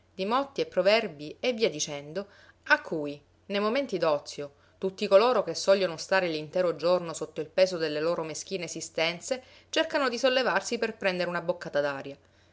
di motti e proverbi e via dicendo a cui nei momenti d'ozio tutti coloro che sogliono stare l'intero giorno sotto il peso delle loro meschine esistenze cercano di sollevarsi per prendere una boccata